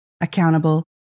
accountable